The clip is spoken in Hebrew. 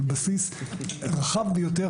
על בסיס רחב ביותר,